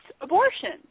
abortion